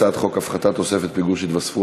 הצעת חוק הפחתת תוספות פיגור שהתווספו